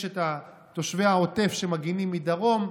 יש תושבי העוטף שמגינים מדרום,